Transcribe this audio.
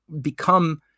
become